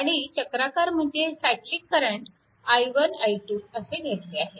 आणि चक्राकार म्हणजेच सायक्लिक करंट i1 i2 असे घेतले आहेत